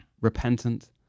repentant